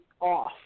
off